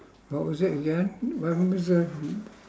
what was it again when was a